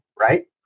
right